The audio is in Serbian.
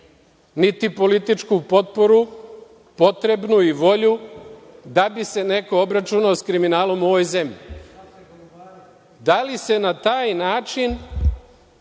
niti političku potporu potrebnu i volju da bi se neko obračunao sa kriminalom u ovoj zemlji? Da li se na taj način